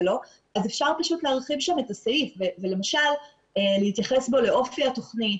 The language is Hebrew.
אז אפשר פשוט להרחיב שם את הסעיף ולמשל להתייחס בו לאופי התוכנית,